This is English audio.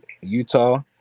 Utah